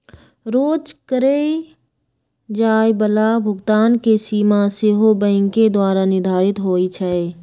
रोज करए जाय बला भुगतान के सीमा सेहो बैंके द्वारा निर्धारित होइ छइ